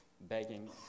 Begging